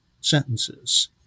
sentences